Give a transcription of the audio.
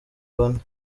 bane